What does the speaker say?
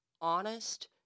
honest